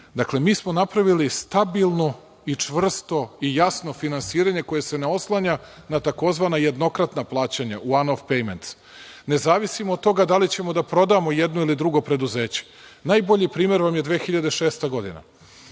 Dakle, mi smo napravili stabilno i čvrsto i jasno finansiranje, koje se ne oslanja na tzv. jednokratna plaćanja u „anof pejments“. Ne zavisimo od toga da li ćemo da prodamo jedno ili drugo preduzeće. Najbolji primer vam je 2006. godina.